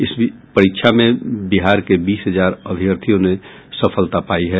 इस परीक्षा में बिहार के बीस हजार अभ्यर्थियों ने सफलता पायी है